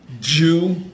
Jew